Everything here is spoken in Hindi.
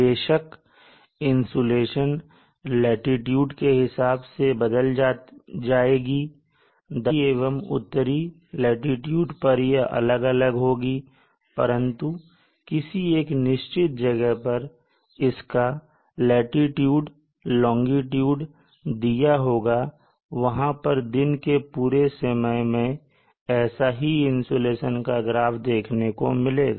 बेशक इंसुलेशन लाटीट्यूड के हिसाब से बदल जाएगी दक्षिणी एवं उत्तरी लाटीट्यूड पर यह अलग अलग होगी परंतु किसी एक निश्चित जगह पर जिसका लाटीट्यूड लोंगिट्यूड दिया होगा वहां पर दिन के पूरे समय मैं ऐसा ही इंसुलेशन का ग्राफ देखने को मिलेगा